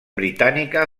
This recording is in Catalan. britànica